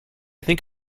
think